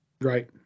Right